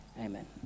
Amen